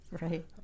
Right